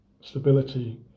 stability